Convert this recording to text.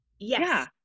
Yes